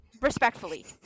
respectfully